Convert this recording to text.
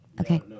Okay